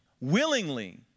willingly